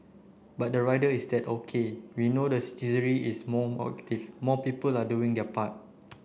but the rider is that OK we know that is more active more people are doing their part